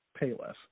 Payless